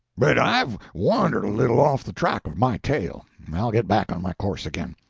but i've wandered a little off the track of my tale i'll get back on my course again.